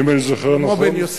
אם אני זוכר נכון, שלמה בן יוסף.